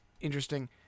interesting